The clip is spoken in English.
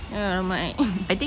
ya my